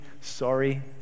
Sorry